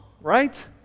right